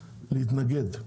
להתנגד.